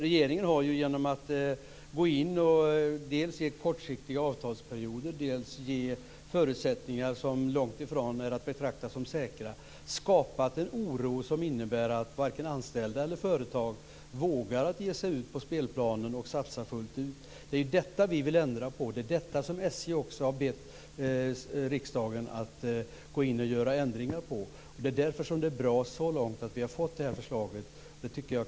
Regeringen har genom att gå in i kortsiktiga avtalsperioder och givit förutsättningar som långtifrån är att betrakta som säkra skapat en oro som innebär att varken anställda eller företag vågar ge sig ut på spelplanen och satsa fullt ut. Det är detta vi vill ändra. Det är detta som SJ har bett riksdagen att ändra i. Det är därför som det så långt är bra att vi har fått det här förslaget.